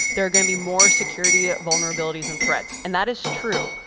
there are going to be more security vulnerabilities and threats. and that is true.